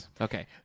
Okay